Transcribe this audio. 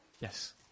yes